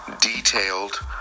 detailed